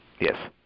Yes